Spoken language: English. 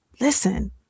Listen